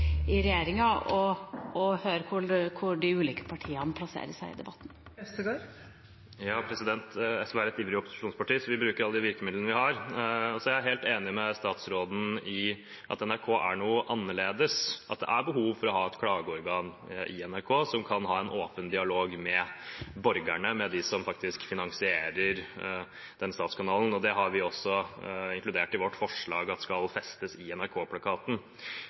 i regjeringa å høre hvor de ulike partiene plasserer seg i debatten. SV er et ivrig opposisjonsparti, så vi bruker alle de virkemidlene vi har. Jeg er helt enig med statsråden i at NRK er noe annerledes, at det er behov for å ha et klageorgan i NRK som kan ha en åpen dialog med borgerne – med dem som faktisk finansierer statskanalen. Det har vi også inkludert i vårt forslag skal slås fast i NRK-plakaten. Det er gledelig å høre at statsråden er enig i